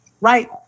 right